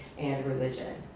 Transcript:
and religion.